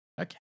Okay